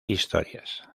historias